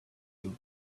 you